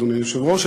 אדוני היושב-ראש,